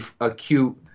acute